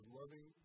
loving